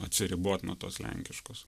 atsiribot nuo tos lenkiškos